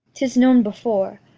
tis known before.